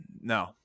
no